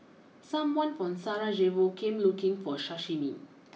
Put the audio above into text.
someone from Sarajevo came looking for Sashimi